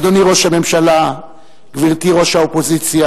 אדוני ראש הממשלה, גברתי ראש האופוזיציה,